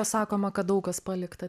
sakoma kad daug kas palikta